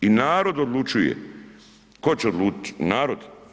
I narod odlučuje tko će odlučiti, narod.